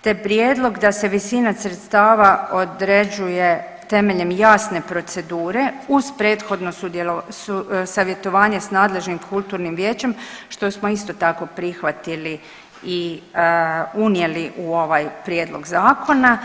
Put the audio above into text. te prijedlog da se visina sredstava određuje temeljem jasne procedure uz prethodno savjetovanje s nadležnim kulturnim vijećem, što smo isto tako, prihvatili i unijeli u ovaj prijedlog Zakona.